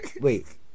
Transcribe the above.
Wait